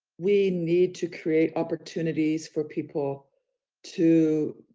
we need to create opportunities for people to,